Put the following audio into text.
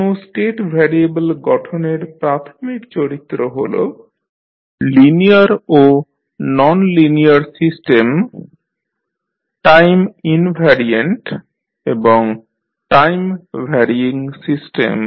কোন state variable গঠনের প্রাথমিক চরিত্র হল লিনিয়ার ও ননলিনিয়ার সিস্টেম টাইম ইনভ্যারিয়ান্ট এবং টাইম ভ্যারিয়িং সিস্টেম